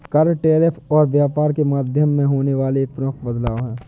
कर, टैरिफ और व्यापार के माध्यम में होने वाला एक मुख्य बदलाव हे